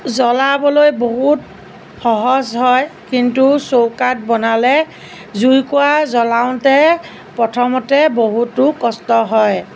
জ্বলাবলৈ বহুত সহজ হয় কিন্তু চৌকাত বনালে জুইকোৰা জ্বলাওঁতে প্ৰথমতে বহুতো কষ্ট হয়